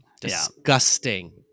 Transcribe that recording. Disgusting